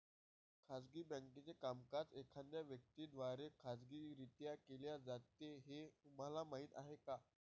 खाजगी बँकेचे कामकाज एखाद्या व्यक्ती द्वारे खाजगीरित्या केले जाते हे तुम्हाला माहीत आहे